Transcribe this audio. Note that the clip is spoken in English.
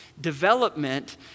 Development